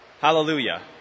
Hallelujah